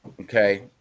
okay